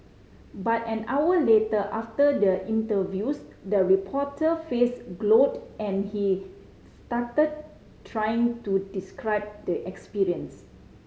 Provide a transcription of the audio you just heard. but an hour later after the interviews the reporter face glowed and he stuttered trying to describe the experience